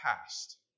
past